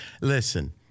Listen